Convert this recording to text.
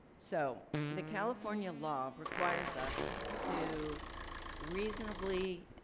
so the california law requires us to reasonably,